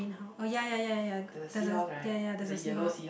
in how oh ya ya ya ya ya there's a ya ya there's a seahorse